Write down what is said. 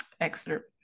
excerpt